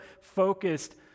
focused